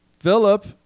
Philip